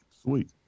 Sweet